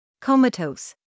Comatose